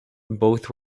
both